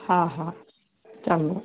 हा हा चङो